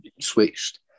switched